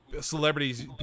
celebrities